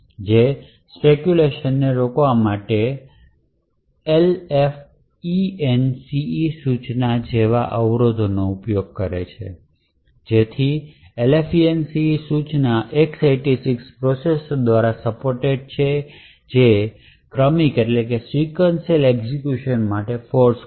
જે સ્પેકયુલેશન નેરોકવા માટે LFENCE સૂચના જેવા અવરોધોનો ઉપયોગ કરે છે જેથી LFENCE સૂચના X86 પ્રોસેસર દ્વારા સપોર્ટેડ છે જે ક્રમિક એક્ઝેક્યુશન માટે ફોર્સ કરે છે